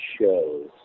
shows